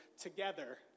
together